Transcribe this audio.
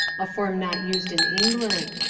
a form not used in england.